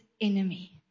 enemy